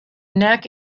neck